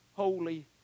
Holy